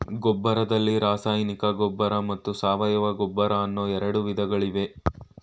ಗೊಬ್ಬರದಲ್ಲಿ ರಾಸಾಯನಿಕ ಗೊಬ್ಬರ ಮತ್ತು ಸಾವಯವ ಗೊಬ್ಬರ ಅನ್ನೂ ಎರಡು ವಿಧಗಳಿವೆ